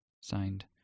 Signed